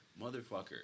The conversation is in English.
motherfucker